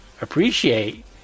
appreciate